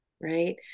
Right